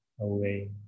away